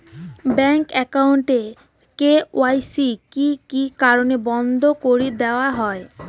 Bank account এর KYC কি কি কারণে বন্ধ করি দেওয়া হয়?